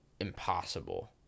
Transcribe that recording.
impossible